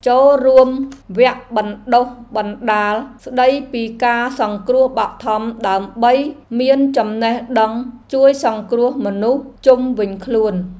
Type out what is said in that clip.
ចូលរួមវគ្គបណ្តុះបណ្តាលស្តីពីការសង្គ្រោះបឋមដើម្បីមានចំណេះដឹងជួយសង្គ្រោះមនុស្សជុំវិញខ្លួន។